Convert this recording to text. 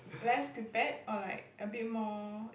less prepared or like a bit more